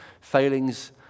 failings